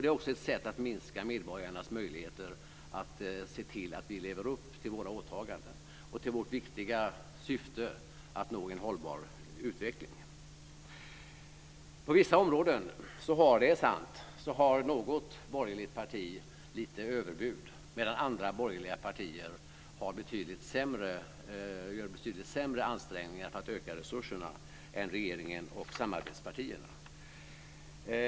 Det är också ett sätt att minska medborgarnas möjligheter att se till att vi lever upp till våra åtaganden och till vårt viktiga syfte att nå en hållbar utveckling. På vissa områden - det är sant - har något borgerligt parti lite överbud, medan andra borgerliga partier gör betydligt sämre ansträngningar för att öka resurserna än regeringen och samarbetspartierna.